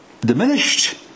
diminished